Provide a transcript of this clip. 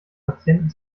patienten